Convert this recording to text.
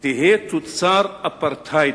תהא תוצר אפרטהיידי,